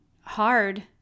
hard